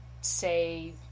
say